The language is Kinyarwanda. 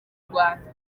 rwanda